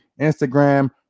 Instagram